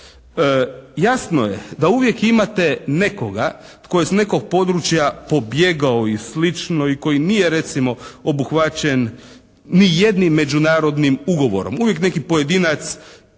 Jasno je da uvijek imate nekoga tko je s nekog područja pobjegao i slično i koji nije recimo obuhvaćen ni jednim međunarodnim ugovorom. Uvijek neki pojedinac